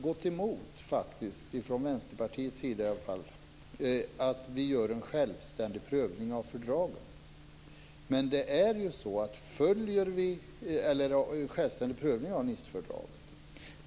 Vi i Vänsterpartiet har inte gått emot en självständig prövning av Nicefördraget.